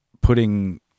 putting